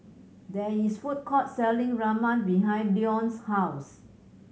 there is food court selling Ramen behind Leon's house